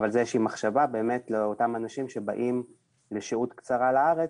אבל זאת איזושהי מחשבה לגבי אותם אנשים שבאים לשהות קצרה לארץ,